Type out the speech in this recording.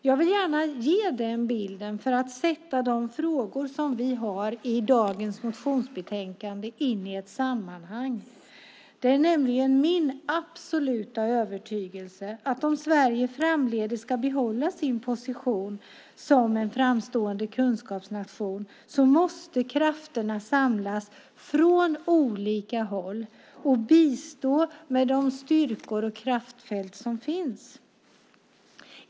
Jag vill gärna ge den bilden för att sätta in de frågor som vi har i dagens betänkande i ett sammanhang. Det är min absoluta övertygelse att om Sverige framdeles ska behålla sin position som framstående kunskapsnation måste krafterna samlas från olika håll och bistå med de styrkor och kraftfält som finns.